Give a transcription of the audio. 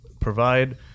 provide